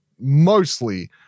mostly